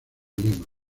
lima